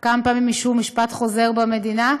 כמה פעמים אישרו משפט חוזר במדינה.